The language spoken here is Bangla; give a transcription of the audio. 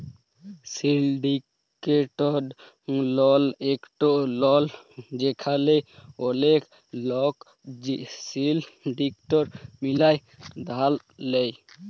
সিলডিকেটেড লন একট লন যেখালে ওলেক লক সিলডিকেট মিলায় ধার লেয়